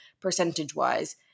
percentage-wise